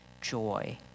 joy